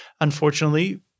unfortunately